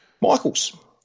Michaels